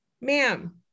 Ma'am